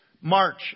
march